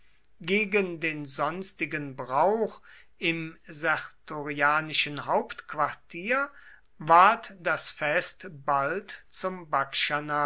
gegen den sonstigen brauch im sertorianischen hauptquartier ward das fest bald zum